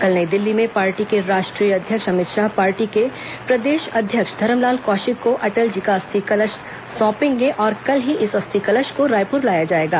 कल नई दिल्ली में पार्टी के राष्ट्रीय अध्यक्ष अमित शाह पार्टी के प्रदेश अध्यक्ष धरमलाल कौशिक को अटल जी का अस्थि कलश सौंपेंगे और कल ही इस अस्थि कलश को रायपुर लाया जाएगा